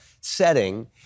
setting